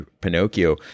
Pinocchio